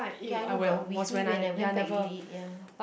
ya I know but with me when I went back you didn't eat ya